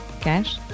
cash